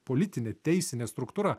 politinė teisinė struktūra